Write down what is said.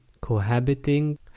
cohabiting